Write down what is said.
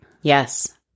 Yes